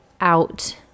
out